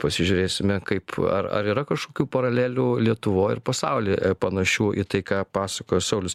pasižiūrėsime kaip ar ar yra kažkokių paralelių lietuvoj ir pasaulyje panašių į tai ką pasakojo saulius